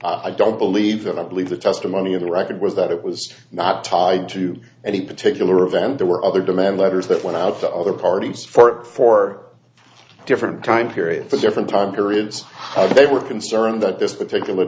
i don't believe that i believe the testimony of the record was that it was not tied to any particular event there were other demand letters that went out to other parties for four different time periods for different time periods they were concerned that this particular